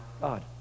God